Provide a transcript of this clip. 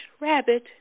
rabbit